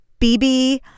BB